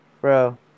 bro